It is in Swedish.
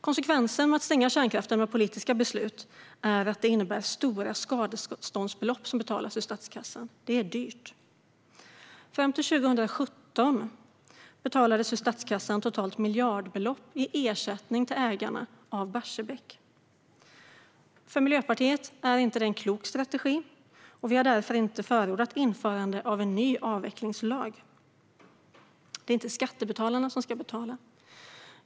Konsekvensen av att stänga kärnkraft med politiskt beslut är att stora skadeståndsbelopp ska betalas ur statskassan; det är dyrt. Fram till 2017 betalades miljardbelopp ur statskassan i ersättning till ägarna av Barsebäck. För Miljöpartiet är det ingen klok strategi, och vi har därför inte förordat ett införande av en ny avvecklingslag. Det är inte skattebetalarna som ska betala.